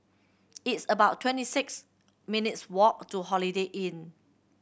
it's about twenty six minutes' walk to Holiday Inn